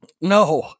No